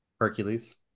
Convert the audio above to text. hercules